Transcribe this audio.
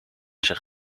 zich